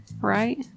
Right